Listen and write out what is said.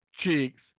cheeks